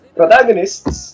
Protagonists